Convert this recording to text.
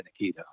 Aikido